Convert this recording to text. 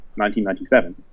1997